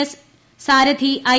S Sarathi I